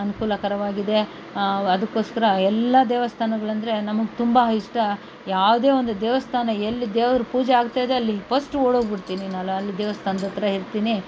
ಅನುಕೂಲಕರವಾಗಿದೆ ಅದಕ್ಕೋಸ್ಕರ ಎಲ್ಲ ದೇವಸ್ಥಾನಗಳೆಂದ್ರೆ ನಮಗೆ ತುಂಬ ಇಷ್ಟ ಯಾವುದೇ ಒಂದು ದೇವಸ್ಥಾನ ಎಲ್ಲಿ ದೇವ್ರ ಪೂಜೆ ಆಗ್ತಾಯಿದೆ ಅಲ್ಲಿ ಪಸ್ಟ್ ಓಡೋಗಿ ಬಿಡ್ತೀನಿ ನಾನು ಅಲ್ಲಿ ದೇವಸ್ಥಾನದತ್ರ ಇರ್ತೀನಿ